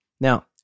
Now